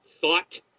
thought